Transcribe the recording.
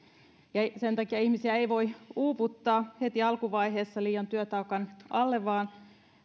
ja sen takia ihmisiä ei voi uuvuttaa heti alkuvaiheessa liian työtaakan alle vaan